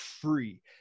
free